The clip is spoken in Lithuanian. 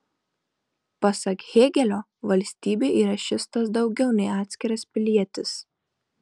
pasak hėgelio valstybė yra šis tas daugiau nei atskiras pilietis